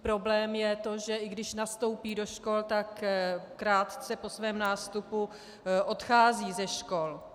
Problém je to, že i když nastoupí do škol, tak krátce po svém nástupu odcházejí ze škol.